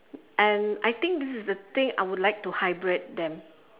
and I think this is the thing I would like to hybrid them